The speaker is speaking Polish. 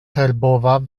herbowa